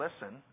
listen